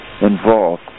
involved